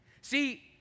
see